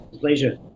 Pleasure